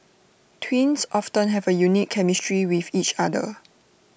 twins often have A unique chemistry with each other